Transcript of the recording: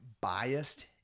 biased